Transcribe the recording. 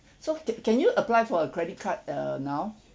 so ca~ can you apply for a credit card uh now